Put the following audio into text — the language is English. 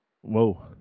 Whoa